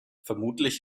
vermutlich